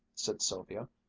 said sylvia,